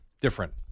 Different